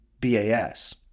BAS